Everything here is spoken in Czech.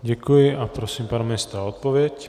Děkuji a prosím pana ministra o odpověď.